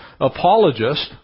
apologist